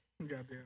Goddamn